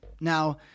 Now